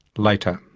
later.